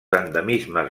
endemismes